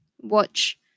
watch